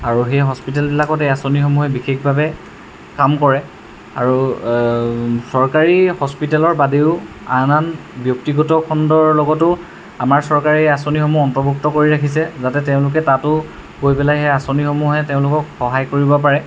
আৰু সেই হস্পিটেলবিলাকত এই আঁচনিসমূহে বিশেষভাৱে কাম কৰে আৰু চৰকাৰী হস্পিটেলৰ বাদেও আন আন ব্যক্তিগত খণ্ডৰ লগতো আমাৰ চৰকাৰে এই আঁচনিসমূহ অন্তৰ্ভুক্ত কৰি ৰাখিছে যাতে তেওঁলোকে তাতো গৈ পেলাই সেই আঁচনিসমূহে তেওঁলোকক সহায় কৰিব পাৰে